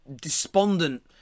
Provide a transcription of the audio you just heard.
despondent